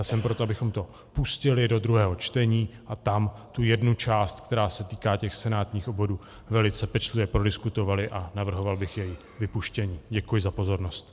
Jsem pro to, abychom to pustili do druhého čtení a tam tu jednu část, která se týká senátních obvodů, velice pečlivě prodiskutovali, a navrhoval bych její vypuštění Děkuji za pozornost.